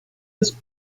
des